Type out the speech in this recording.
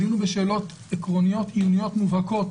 עלינו בשאלות עקרוניות עיוניות מובהקות.